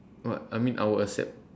what I mean I will accept